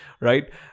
Right